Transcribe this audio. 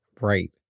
Right